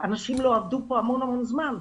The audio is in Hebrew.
אנשים לא עבדו פה המון זמן.